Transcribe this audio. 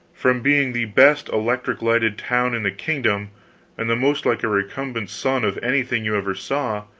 from being the best electric-lighted town in the kingdom and the most like a recumbent sun of anything you ever saw,